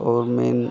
और मेन